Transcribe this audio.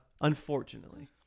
Unfortunately